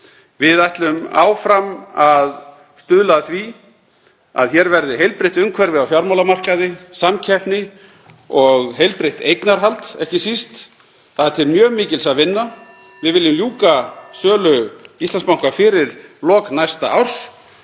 Við ætlum áfram að stuðla að því að hér verði heilbrigt umhverfi á fjármálamarkaði, samkeppni og heilbrigt eignarhald ekki síst. Það er til mjög mikils að vinna. (Forseti hringir.) Við viljum ljúka sölu Íslandsbanka fyrir lok næsta árs